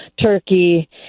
Turkey